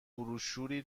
بروشوری